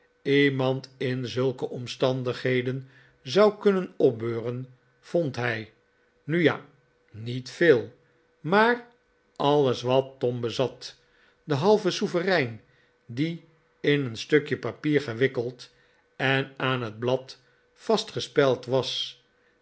iemand in zulke omstandigheden zou kunnen opbeuren vond hij nu ja niet veel maar alles wat tom bezat de halve souverein die in een stukje papier gewikkeld en aan het blad vastgespeld was